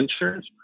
insurance